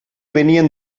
venien